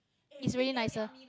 it's really nicer